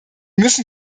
müssen